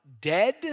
dead